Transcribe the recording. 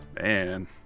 Man